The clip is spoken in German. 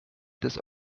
des